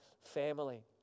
family